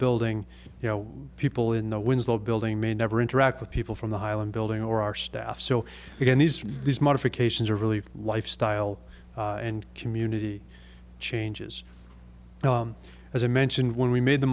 building you know people in the winslow building may never interact with people from the highland building or our staff so again these these modifications are really lifestyle and community changes as i mentioned when we made the